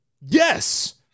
Yes